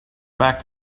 back